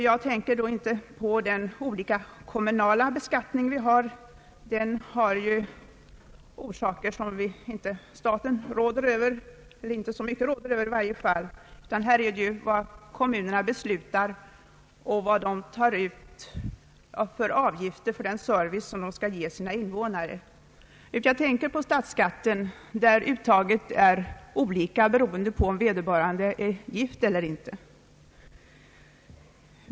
Jag tänker då inte på den olika kommunala beskattning som äger rum — den har ju orsaker som staten i varje fall inte råder så mycket över, utan den beror på vad kommunerna beslutar och vad kommunerna tar för avgifter för den service som de skall ge sina invånare. Jag tänker på statsskatten. Skatteuttaget är ju olika beroende på om vederbörande är gift eller inte.